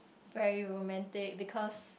but you will mandate because